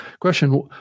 question